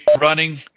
running